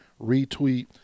retweet